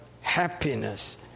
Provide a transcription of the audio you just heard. happiness